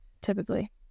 typically